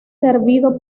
servido